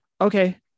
okay